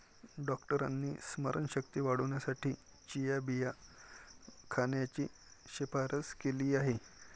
डॉक्टरांनी स्मरणशक्ती वाढवण्यासाठी चिया बिया खाण्याची शिफारस केली आहे